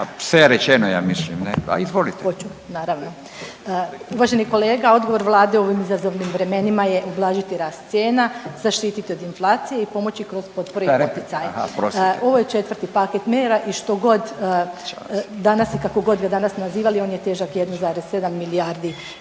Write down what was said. **Maksimčuk, Ljubica (HDZ)** Hoću naravno. Uvaženi kolega odgovor Vlade u ovim izazovnim vremenima je ublažiti rast cijena, zaštititi od inflacije i pomoći kroz potpore i poticaje. Ovo je četvrti paket mjera i što god danas i kako god ga danas nazivali on je težak 1,7 milijardi